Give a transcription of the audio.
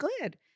good